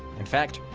in fact,